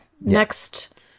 Next